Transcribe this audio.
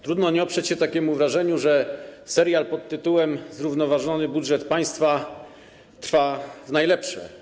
Trudno nie oprzeć się wrażeniu, że serial pt. „Zrównoważony budżet państwa” trwa w najlepsze.